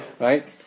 Right